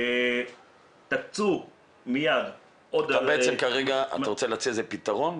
תקצו מיד עוד --- אתה רוצה להציע פתרון?